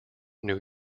new